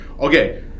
Okay